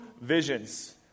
visions